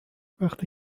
وقتی